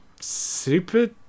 super